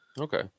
Okay